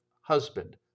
husband